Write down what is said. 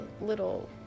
little